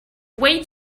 way